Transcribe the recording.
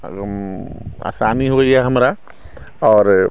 आसानी होइए हमरा आओर